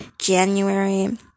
January